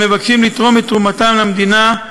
המבקשים לתרום את תרומתם למדינה,